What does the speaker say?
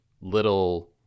little